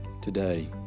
Today